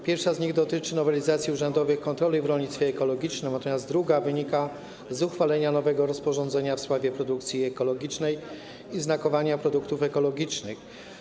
Pierwsza z nich dotyczy nowelizacji urzędowych kontroli w rolnictwie ekologicznym, natomiast druga wynika z uchwalenia nowego rozporządzenia w sprawie produkcji ekologicznej i znakowania produktów ekologicznych.